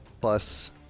plus